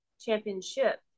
championship